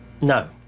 No